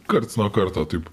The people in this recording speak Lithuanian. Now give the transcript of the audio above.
karts nuo karto taip